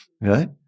right